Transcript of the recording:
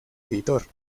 editor